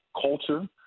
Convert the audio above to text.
culture